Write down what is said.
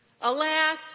Alas